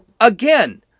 Again